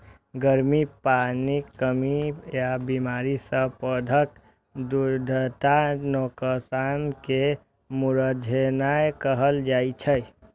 गर्मी, पानिक कमी या बीमारी सं पौधाक दृढ़ताक नोकसान कें मुरझेनाय कहल जाइ छै